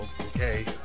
okay